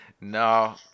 No